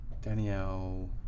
Danielle